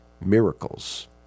Miracles